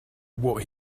what